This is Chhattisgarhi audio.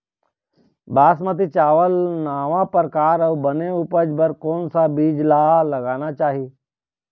बासमती चावल नावा परकार अऊ बने उपज बर कोन सा बीज ला लगाना चाही?